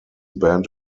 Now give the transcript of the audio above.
band